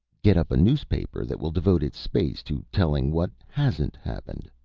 get up a newspaper that will devote its space to telling what hasn't happened.